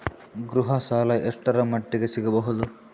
ಗೃಹ ಸಾಲ ಎಷ್ಟರ ಮಟ್ಟಿಗ ಸಿಗಬಹುದು?